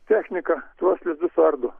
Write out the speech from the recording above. technika tuos lizdus suardo